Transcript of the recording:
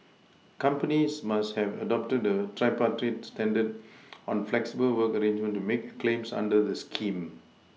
companies must have adopted the tripartite standard on flexible work arrangements to make claims under the scheme